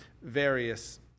various